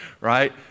right